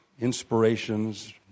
inspirations